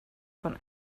von